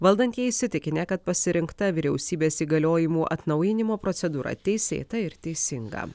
valdantieji įsitikinę kad pasirinkta vyriausybės įgaliojimų atnaujinimo procedūra teisėta ir teisinga